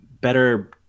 better